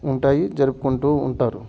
ఉంటాయి జరుపుకుంటూ ఉంటారు